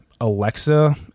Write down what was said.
Alexa